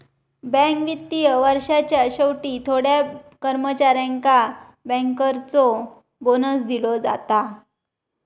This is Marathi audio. बँक वित्तीय वर्षाच्या शेवटी थोड्या कर्मचाऱ्यांका बँकर्सचो बोनस दिलो जाता